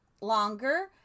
longer